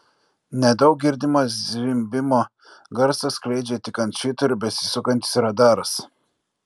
nedaug girdimą zvimbimo garsą skleidžia tik ant švyturio besisukantis radaras